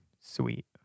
sweet